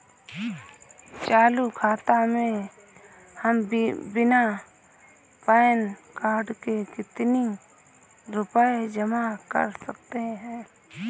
चालू खाता में हम बिना पैन कार्ड के कितनी रूपए जमा कर सकते हैं?